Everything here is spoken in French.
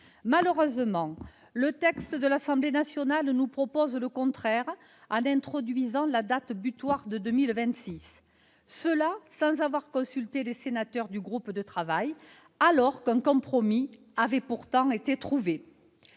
Malheureusement, le texte de l'Assemblée nationale nous propose le contraire, en introduisant la date butoir de 2026, et ce sans qu'aient été consultés les sénateurs du groupe de travail compétent, alors qu'un compromis avait pourtant été trouvé.